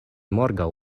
morgaŭ